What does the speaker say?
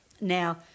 Now